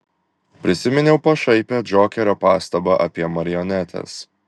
prisiminiau pašaipią džokerio pastabą apie marionetes